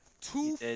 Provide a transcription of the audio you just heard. two